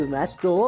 Master